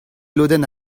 lodenn